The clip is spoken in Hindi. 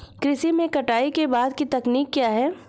कृषि में कटाई के बाद की तकनीक क्या है?